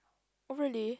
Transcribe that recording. oh really